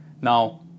Now